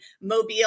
Mobile